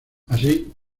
así